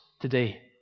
today